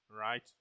right